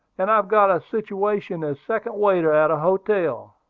and i've got a situation as second waiter at a hotel.